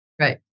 Right